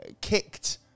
kicked